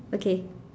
okay